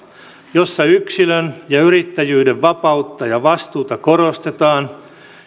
jossa yksilön ja yrittäjyyden vapautta ja vastuuta korostetaan